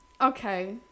Okay